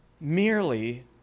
merely